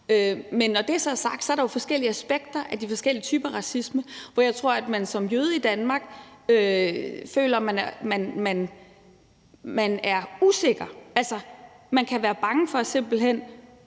Men når det så er sagt, er der jo forskellige aspekter af de forskellige typer af racisme, og jeg tror, at man som jøde i Danmark føler, at man er usikker, altså at man simpelt hen